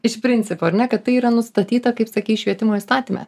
iš principo ar ne kad tai yra nustatyta kaip sakei švietimo įstatyme